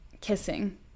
kissing